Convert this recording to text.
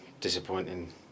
disappointing